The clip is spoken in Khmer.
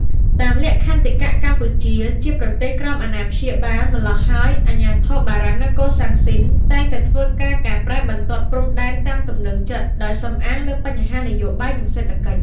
តាមលក្ខន្តិកៈ កម្ពុជា ជាប្រទេសក្រោម អាណាព្យាបាល ម្ល៉ោះហើយអាជ្ញាធរបារាំងនៅកូសាំងស៊ីន តែងតែធ្វើការកែប្រែបន្ទាត់ព្រំ ដែនតាមទំនើងចិត្តដោយ សំអាងលើបញ្ហានយោបាយ និងសេដ្ឋកិច្ច។